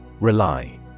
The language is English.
RELY